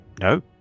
No